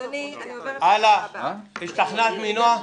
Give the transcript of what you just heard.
אנחנו לא --- נועה שכנעה אותך?